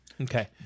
Okay